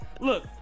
Look